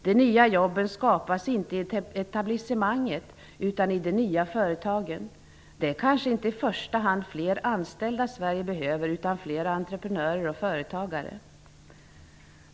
De nya jobben skapas inte i etablissemanget utan i de nya företagen. Det är kanske inte i första hand fler anställda Sverige behöver utan fler entreprenörer och företagare.